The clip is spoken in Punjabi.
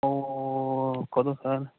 ਓ ਕਦੋਂ ਸਰ